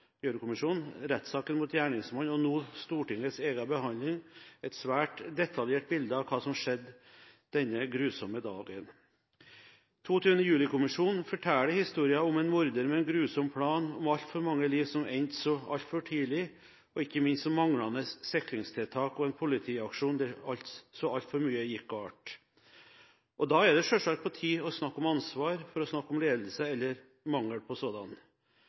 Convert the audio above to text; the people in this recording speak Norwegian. Gjørv-kommisjonen, rettssaken mot gjerningsmannen og nå Stortingets egen behandling et svært detaljert bilde av hva som skjedde denne grusomme dagen. 22. juli-kommisjonen forteller historien om en morder med en grusom plan, om altfor mange liv som endte så altfor tidlig, og ikke minst om manglende sikringstiltak og en politiaksjon der så altfor mye gikk galt. Da er det selvsagt tid for å snakke om ansvar, å snakke om ledelse – eller mangel på sådan.